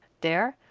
there,